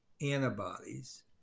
antibodies